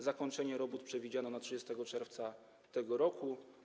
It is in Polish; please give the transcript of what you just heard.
Zakończenie robót przewidziano na 30 czerwca tego roku.